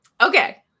Okay